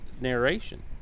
narration